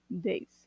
days